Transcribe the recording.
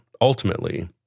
ultimately